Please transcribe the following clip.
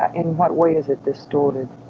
in what way is it distorted?